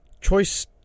Choice